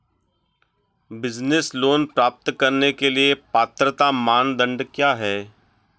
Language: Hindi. बिज़नेस लोंन प्राप्त करने के लिए पात्रता मानदंड क्या हैं?